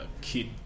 kid